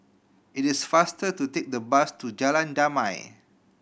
it is faster to take the bus to Jalan Damai